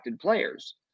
players